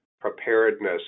preparedness